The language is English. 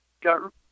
got